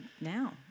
now